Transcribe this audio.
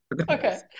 Okay